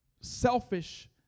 selfish